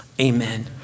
Amen